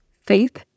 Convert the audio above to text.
faith